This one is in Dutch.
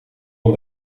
van